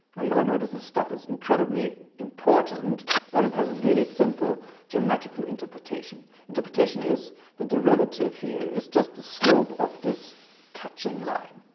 ah you all know that this stuff is incredibly important but it has a really simple geometrical interpretation. the interpretation is the derivative here is just the slope of this touching line.